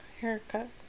haircut